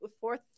fourth